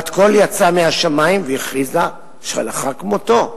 בת-קול יצאה מהשמים והכריזה שהלכה כמותו.